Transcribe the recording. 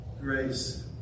grace